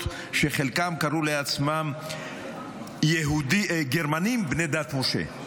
שחלקן קראו לעצמן גרמנים בני דת משה.